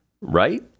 Right